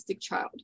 child